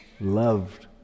loved